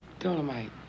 Dolomite